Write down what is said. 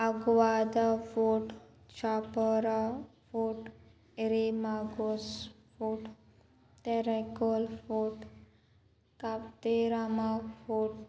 Aguada fort Chapora fort Reis Magos fort Terekhol fort Cabo de Rama fort